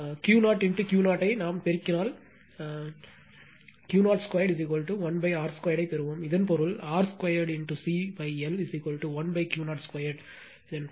Q0 Q0 ஐ பெருக்கினால் நாமும் இருந்தால் Q0 21R 2 ஐப் பெறுவோம் இதன் பொருள் R 2 CL1Q0 2 இன் தலைகீழ் 1 Q0 2